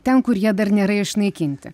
ten kur jie dar nėra išnaikinti